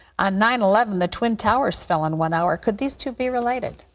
on nine eleven, the twin towers fell in one hour. could these two be related?